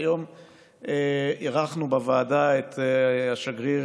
היום אירחנו בוועדה את השגריר